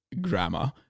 grammar